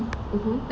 mmhmm